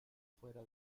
fuera